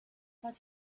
but